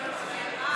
2 לא נתקבלה.